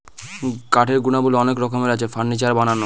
কাঠের গুণাবলী অনেক রকমের আছে, ফার্নিচার বানানো